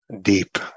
deep